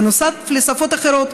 בנוסף לשפות האחרות,